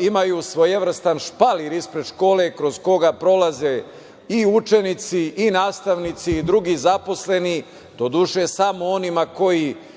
imaju svojevrstan špalir ispred škole kroz koga prolaze i učenici, i nastavnici, i drugi zaposleni, doduše samo onima kojima